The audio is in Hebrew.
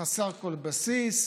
חסר כל בסיס.